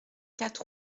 quatre